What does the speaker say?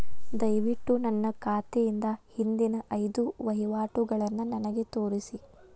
ದಯವಿಟ್ಟು ನನ್ನ ಖಾತೆಯಿಂದ ಹಿಂದಿನ ಐದು ವಹಿವಾಟುಗಳನ್ನು ನನಗೆ ತೋರಿಸಿ